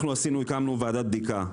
אנחנו הקמנו ועדת בדיקה.